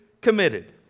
committed